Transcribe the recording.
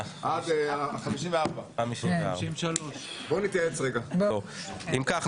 עד 09:54. (הישיבה נפסקה בשעה 09:39 ונתחדשה בשעה 09:54.) אם כך,